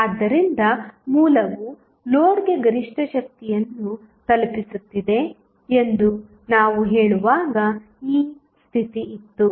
ಆದ್ದರಿಂದ ಮೂಲವು ಲೋಡ್ಗೆ ಗರಿಷ್ಠ ಶಕ್ತಿಯನ್ನು ತಲುಪಿಸುತ್ತಿದೆ ಎಂದು ನಾವು ಹೇಳುವಾಗ ಈ ಸ್ಥಿತಿ ಇತ್ತು